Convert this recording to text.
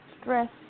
stress